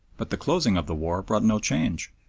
but the closing of the war brought no change,